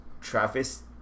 Travis